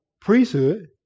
priesthood